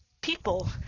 people